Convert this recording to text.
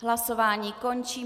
Hlasování končím.